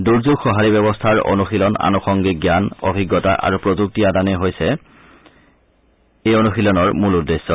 দুৰ্যোগ সঁহাৰি ব্যৱস্থাৰ অনুশীলন আনসংগিক জান অভিজতা আৰু প্ৰযুক্তি আদানেই হৈছে এই অনুশীলনৰ মূল উদ্দেশ্য